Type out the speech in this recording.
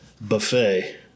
buffet